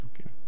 Okay